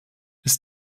ist